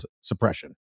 suppression